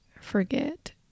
forget